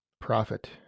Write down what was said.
Profit